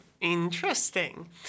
Interesting